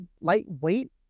lightweight